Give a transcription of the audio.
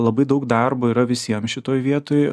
labai daug darbo yra visiem šitoj vietoj